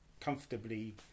comfortably